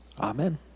Amen